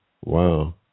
Wow